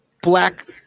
black